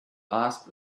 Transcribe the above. ask